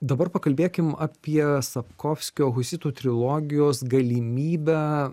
dabar pakalbėkim apie sapkovskio husitų trilogijos galimybę